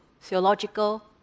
theological